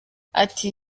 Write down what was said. ati